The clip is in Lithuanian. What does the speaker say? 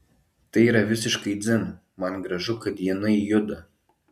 tai yra visiškai dzin man gražu kad jinai juda